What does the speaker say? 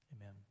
Amen